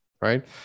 Right